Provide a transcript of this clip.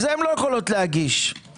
ואם זה הרשאה להתחייב, לא ניתן למתוח את זה?